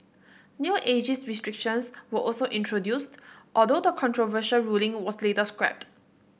new ageist restrictions were also introduced although the controversial ruling was later scrapped